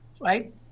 Right